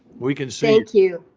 we can see you.